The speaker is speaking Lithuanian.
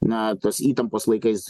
na tos įtampos laikais